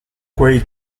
quei